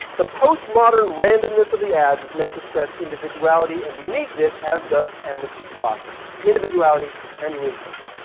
the post modern randomness of the ads is meant to stress individuality and uniqueness, as does emerson's philosophy, individuality and uniqueness.